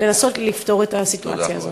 לנסות לפתור את הסיטואציה הזאת.